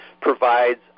provides